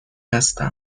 هستم